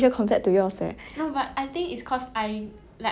ya I